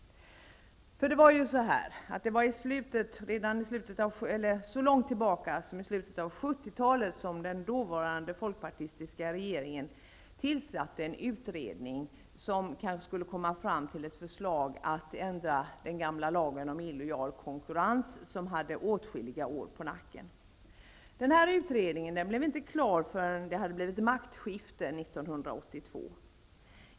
Det var så långt tillbaka som i slutet av 70-talet som den dåvarande folkpartistiska regeringen tillsatte en utredning som kanske skulle komma fram till ett förslag om att ändra den gamla lagen om illojal konkurrens, som hade åtskilliga år på nacken. Denna utredning blev inte klar förrän det hade blivit maktskifte 1982.